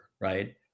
right